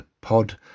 Pod